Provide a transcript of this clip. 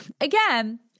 Again